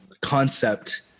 concept